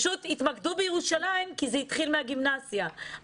התמקדו בירושלים כי הכמות הגדולה התחילה מהגימנסיה.